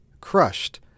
Crushed